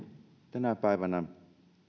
tänä päivänä